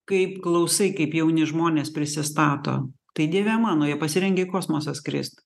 kaip klausai kaip jauni žmonės prisistato tai dieve mano jie pasirengę į kosmosą skrist